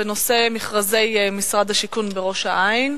בנושא: מכרזי משרד הבינוי השיכון בראש-העין.